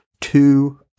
two